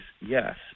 yes